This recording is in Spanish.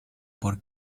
por